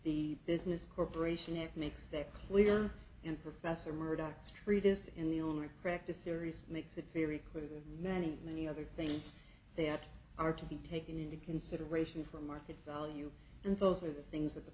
the business corporation it makes that clear and professor murdoch's treatise in the only practice series makes it very clear that many many other things that are to be taken into consideration for market value and those are the things that the